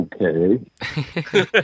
Okay